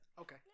Okay